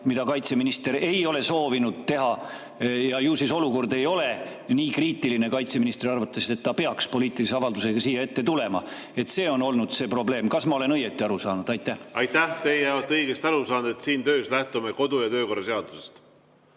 mida kaitseminister ei ole soovinud teha. Ju siis olukord ei ole nii kriitiline kaitseministri arvates, et ta peaks poliitilise avaldusega siia ette tulema. See on olnud see probleem. Kas ma olen õigesti aru saanud? Aitäh! Austatud juhataja! Kas Riigikogus töötades me peaksime lähtuma kodu‑ ja töökorra seadusest